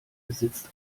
besitzt